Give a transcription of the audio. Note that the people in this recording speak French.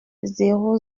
zéro